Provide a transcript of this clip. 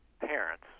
parents